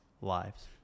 lives